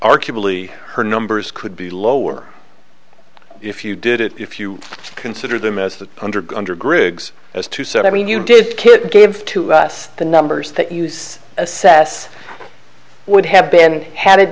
arguably her numbers could be lower if you did it if you consider them as the undergo under griggs as to said i mean you did kid gave to us the numbers that use assess would have been had